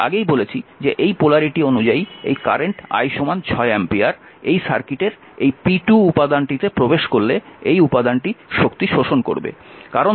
আমি আগেই বলেছি যে এই পোলারিটি অনুযায়ী এই কারেন্ট I 6 অ্যাম্পিয়ার এই সার্কিটের এই p2 উপাদানটিতে প্রবেশ করলে এই উপাদানটি শক্তি শোষণ করবে